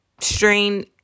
strain